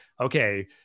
okay